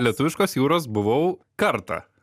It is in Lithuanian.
lietuviškos jūros buvau kartą